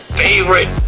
favorite